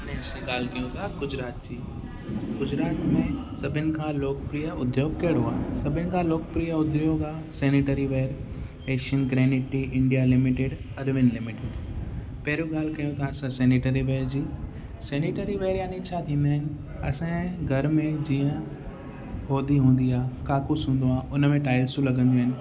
हाणे असां ॻाल्हि कयूं था गुजरात जी गुजरात में सभिनि खां लोकप्रिय उध्योग कहिड़ो आहे सभिनि खां लोकप्रिय उध्योग आहे sanitaryware Asian Granito India limited Arvind limited पहिरियों ॻाल्हि कयूं था असां सेनेटरीवेयर जी सेनेटरीवेयर यानि छा थींदा आहिनि असांजे घर में जीअं हौदी हूंदी आहे काकुस हूंदो आहे उन में टाइल्सूं लॻंदियूं आहिनि